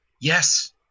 Yes